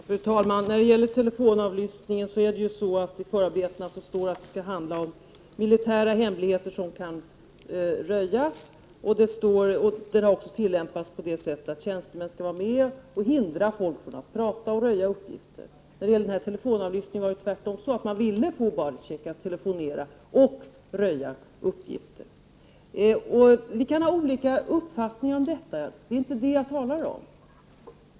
Fru talman! När det gäller telefonavlyssning står det i förarbetena att det skall handla om militära hemligheter som kan röjas. Lagen har också tillämpats på det sättet att tjänstemän skall vara med och hindra folk från att prata och röja uppgifter. Beträffande den här aktuella telefonavlyssningen var det tvärtom så att man ville få Baresic att telefonera och röja uppgifter. Vi kan ha olika uppfattning om detta. Det är inte det jag talar om.